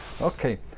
Okay